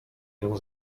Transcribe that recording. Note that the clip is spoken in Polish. nią